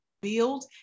build